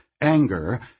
anger